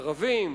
ערבים,